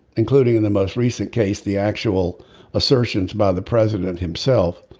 including in the most recent case the actual assertions by the president himself.